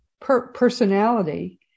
personality